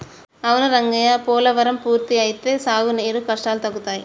అవును రంగయ్య పోలవరం పూర్తి అయితే సాగునీరు కష్టాలు తగ్గుతాయి